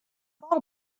thought